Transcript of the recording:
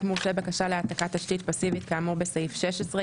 מורשה בקשה להעתקת תשתית פסיבית כאמור בסעיף 16,